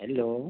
hello